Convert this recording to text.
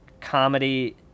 comedy